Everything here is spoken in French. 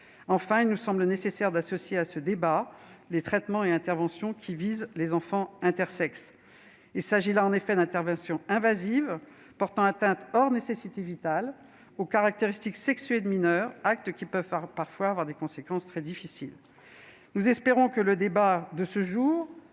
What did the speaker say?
Enfin, il nous semble nécessaire d'associer à ce débat les traitements et interventions visant les enfants intersexes. Il s'agit là, en effet, d'interventions invasives portant atteinte, hors nécessité vitale, aux caractéristiques sexuées de mineurs, actes qui peuvent parfois avoir des conséquences difficiles. Nous espérons que le débat de ce jour